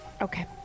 Okay